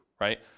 right